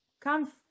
come